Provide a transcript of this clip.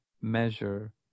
measure